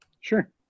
sure